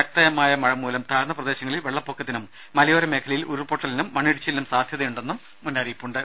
ശക്തമായ മഴ മൂലം താഴ്ന്ന പ്രദേശങ്ങളിൽ വെള്ളപ്പൊക്കത്തിനും മലയോര മേഖലയിൽ ഉരുൾപൊട്ടലിനും മണ്ണിടിച്ചിലിനും സാധ്യതയുണ്ടെന്നും മുന്നറിയിപ്പുണ്ട്